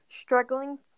struggling